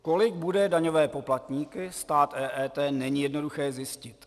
Kolik bude daňové poplatníky stát EET, není jednoduché zjistit.